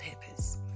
peppers